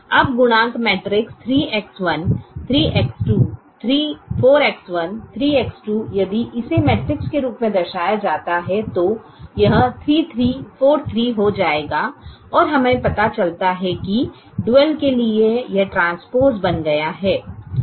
अब गुणांक matrix 3X1 3X2 4X1 3X2 यदि इसे मैट्रिक्स के रूप में दर्शाया जाता है तो यह 3343 हो जाएगा और हमें पता चलता है कि डुअल के लिए यह ट्रांसपोज़ बन गया है